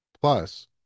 Plus